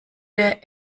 der